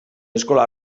eskola